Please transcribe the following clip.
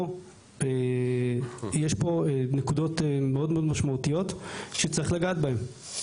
יש פה נקודות מאוד משמעותיות שצריך לגעת בהם.